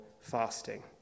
fasting